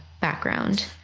background